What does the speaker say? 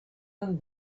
and